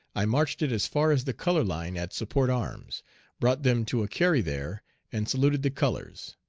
i marched it as far as the color line at support arms brought them to a carry there and saluted the colors.